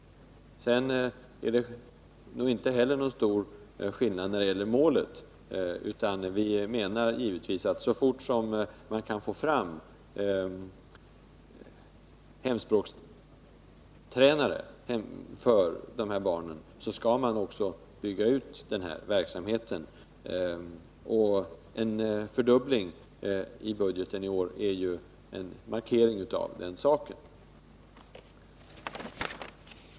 Sedan är det inte heller någon stor skillnad när det gäller målet. Vi menar, att så fort man kan få fram hemspråkstränare för de här barnen skall man bygga ut verksamheten. En fördubbling i budgeten i år är en markering av den saken.